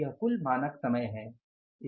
यह कुल मानक समय है